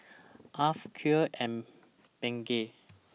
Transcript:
Alf Clear and Bengay